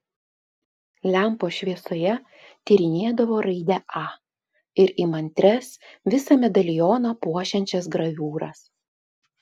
lempos šviesoje tyrinėdavo raidę a ir įmantrias visą medalioną puošiančias graviūras